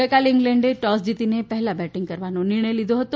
ગઇકાલે ઇંગ્લેન્ડે ટોસ જીતીને પહેલા બેટિંગ કરવાનો નિર્ણય લીધો હતો